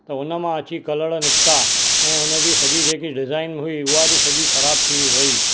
त हुन मां अची कलड़ निकिता ऐं हुनजी सॼी जेकी डिज़ाइन हुई उहा बि सॼी ख़राबु थी वेई